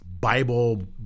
Bible